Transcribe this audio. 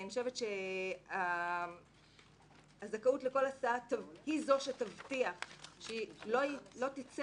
אני חושבת שהזכאות לכל הסעה היא זו שתבטיח שלא תצא